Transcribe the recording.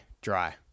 dry